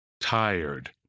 tired